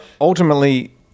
ultimately